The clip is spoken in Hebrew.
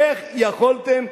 איך יכולתם?